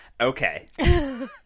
okay